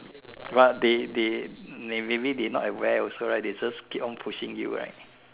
but they they they maybe they not aware also right they just keep on pushing you right